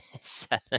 Seven